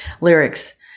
lyrics